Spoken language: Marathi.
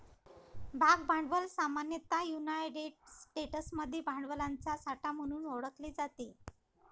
भाग भांडवल सामान्यतः युनायटेड स्टेट्समध्ये भांडवलाचा साठा म्हणून ओळखले जाते